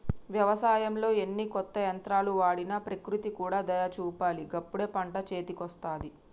వ్యవసాయంలో ఎన్ని కొత్త యంత్రాలు వాడినా ప్రకృతి కూడా దయ చూపాలి గప్పుడే పంట చేతికొస్తది